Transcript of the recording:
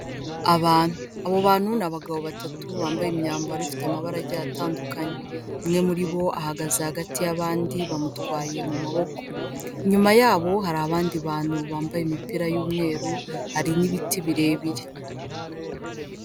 Abantu, abo bantu ni abagabo batatu bambaye imyambaro ifite amabara agiye atandukanye, umwe muri bo ahagaze hagati y'abandi bamutwaye mu maboko, inyuma yabo hari abandi bantu bambaye imipira y'umweru hari n'ibiti birebire.